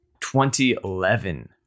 2011